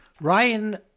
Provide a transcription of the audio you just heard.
Ryan